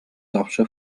zawsze